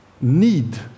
need